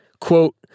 Quote